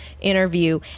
interview